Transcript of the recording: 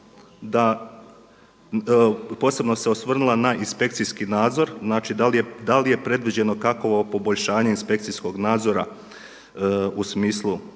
da posebno se osvrnula na inspekcijski nadzor, znači da li je predviđeno kakvo poboljšanje inspekcijskog nadzora u smislu